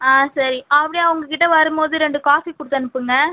ஆ சரி அப்படே அவங்கக்கிட்ட வரும்போது ரெண்டு காஃபி கொடுத்தனுப்புங்க